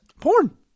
porn